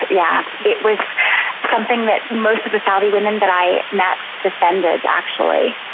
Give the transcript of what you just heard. yeah it was something that most of the saudi women that i met defended actually.